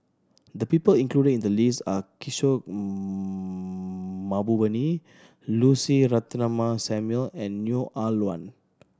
the people included in the list are Kishore Mahbubani Lucy Ratnammah Samuel and Neo Ah Luan